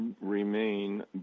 remain